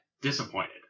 disappointed